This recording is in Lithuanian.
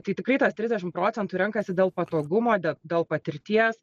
tai tikrai tas trisdešim procentų renkasi dėl patogumo dė dėl patirties